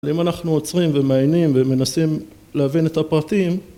אם אנחנו עוצרים ומעיינים ומנסים להבין את הפרטים